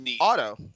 Auto